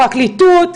פרקליטות,